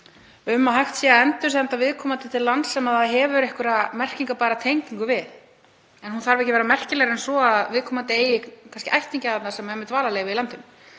um að hægt sé að endursenda viðkomandi til lands sem hann hefur einhverja merkingarbæra tengingu við. Tengingin þarf ekki að vera merkilegri en svo að viðkomandi eigi kannski ættingja þar sem er með dvalarleyfi í landinu.